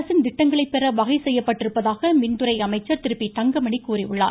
அரசின் திட்டங்களை பெற வகை செய்யப்பட்டிருப்பதாக மின்துறை அமைச்சர் திரு பி தங்கமணி தெரிவித்திருக்கிறார்